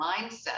mindset